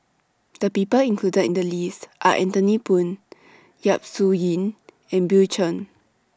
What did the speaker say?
The People included in The list Are Anthony Poon Yap Su Yin and Bill Chen